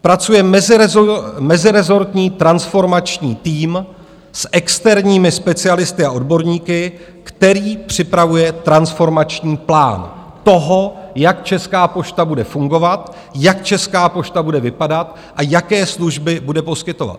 Pracuje mezirezortní transformační tým s externími specialisty a odborníky, který připravuje transformační plán toho, jak Česká pošta bude fungovat, jak Česká pošta bude vypadat a jaké služby bude poskytovat.